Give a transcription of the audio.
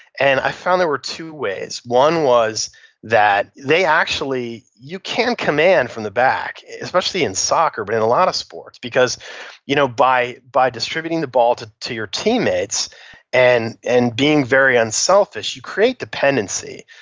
and i found there were two ways. one was that they actually you can command from the back. especially in soccer, but in a lot of sports because you know by by distributing the ball to your teammates and and being very unselfish you create dependency.